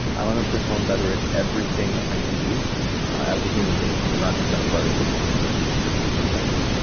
i want to perform better at everything i do as a human being, so not just athletic performance or business or whatever